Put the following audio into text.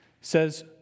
says